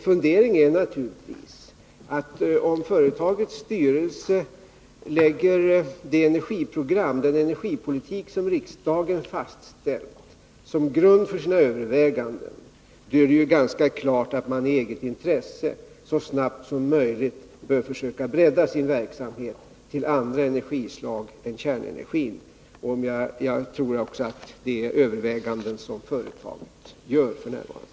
Men om företagets styrelse lägger den energipolitik som riksdagen har fastställt till grund för sina överväganden, är det ganska klart att man i eget intresse så snabbt som möjligt bör söka bredda sin verksamhet till andra energislag än kärnenergin. Och jag tror att det är överväganden som företaget f. n. gör.